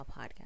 podcast